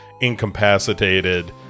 incapacitated